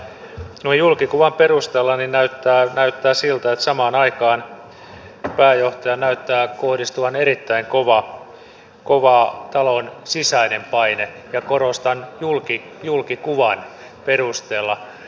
mutta noin julkikuvan perusteella näyttää siltä että samaan aikaan pääjohtajaan kohdistuu erittäin kova talon sisäinen paine korostan että julkikuvan perusteella